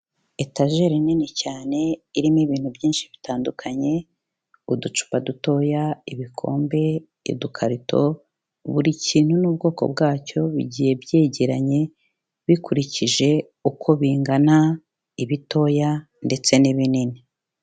Etajeri nini cyane, irimo ibintu byinshi bitandukanye, uducupa dutoya, ibikombe, udukarito, buri kintu n'ubwoko bwacyo bigiye byegeranye, bikurikije uko bingana ibitoya ndetse n'ibinini.